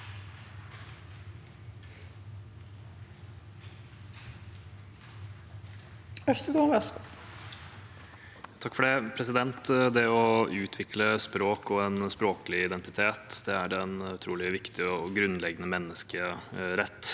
(komite- ens leder): Det å utvikle språk og en språklig identitet er en utrolig viktig og grunnleggende menneskerett.